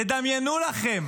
תדמיינו לכם